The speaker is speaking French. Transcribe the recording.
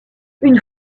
une